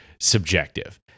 subjective